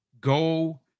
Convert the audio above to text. go